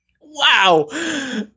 wow